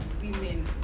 women